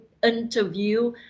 interview